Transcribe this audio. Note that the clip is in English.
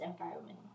environment